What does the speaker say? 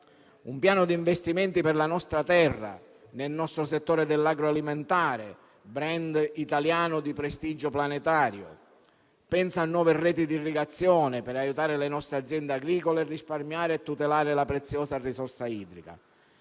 un piano di investimenti per la nostra terra, nel nostro settore dell'agroalimentare, *brand* italiano di prestigio planetario. Penso a nuove reti di irrigazione, per aiutare le nostre aziende agricole a risparmiare e tutelare la preziosa risorsa idrica.